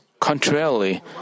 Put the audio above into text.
Contrarily